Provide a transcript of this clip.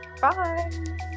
Bye